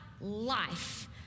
life